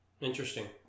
Interesting